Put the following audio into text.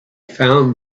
found